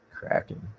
Cracking